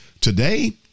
Today